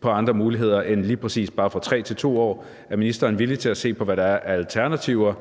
på andre muligheder end lige præcis bare at gå fra 3 år til 2 år; er ministeren villig til at se på, hvad der er af alternativer?